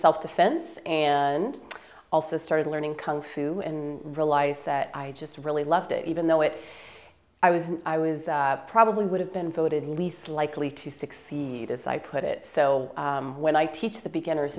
self defense and also started learning kung fu in real life that i just really loved it even though it i was i was probably would have been voted least likely to succeed as i put it so when i teach the beginners